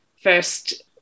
first